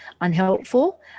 unhelpful